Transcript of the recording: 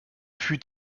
fut